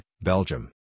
Belgium